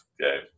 okay